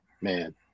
man